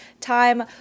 time